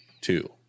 two